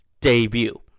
debut